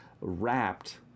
wrapped